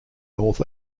north